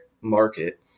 market